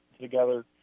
together